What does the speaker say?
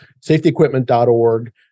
safetyequipment.org